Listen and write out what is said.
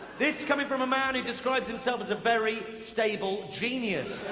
this coming from a man who describes himself as a very stable genius.